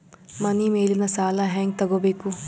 ಮನಿ ಮೇಲಿನ ಸಾಲ ಹ್ಯಾಂಗ್ ತಗೋಬೇಕು?